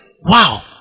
wow